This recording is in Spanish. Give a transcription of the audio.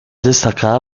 destacada